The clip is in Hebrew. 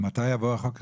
מתי יבוא החוק החדש?